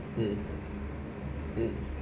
mm mm